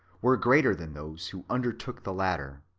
were greater than those who undertook the latter.